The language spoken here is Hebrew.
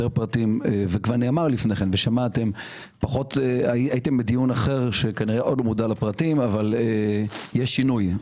פרטים כבר נאמר לפני כן והייתם בדיון אחר אבל יש שינוי.